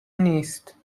نیست